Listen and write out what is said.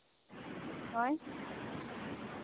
ᱦᱳᱭ